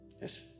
Yes